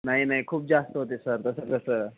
नाही नाही खूप जास्त होते सर तसं कसं